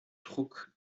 druck